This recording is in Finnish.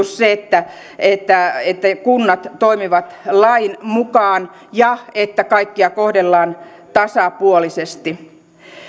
se että että kunnat toimivat lain mukaan ja että kaikkia kohdellaan tasapuolisesti